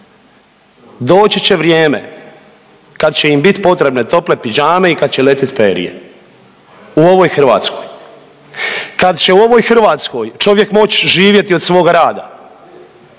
doći će vrijeme kad će im bit potrebne tople pidžame i kad će letjet perje u ovoj Hrvatskoj, kad će u ovoj Hrvatskoj čovjek moć živjeti od svog rada,